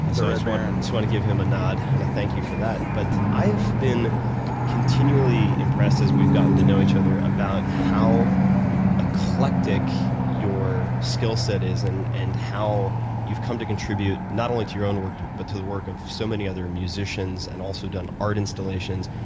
and so want to want to give him a nod and a thank you for that. but i have been continually impressed as we've gotten to know each other about how eclectic your skill set is, and and how you've come to contribute, not only to your own work, but to the work of so many other musicians, and also done art instillations.